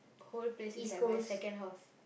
whole place is like my second house